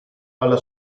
alla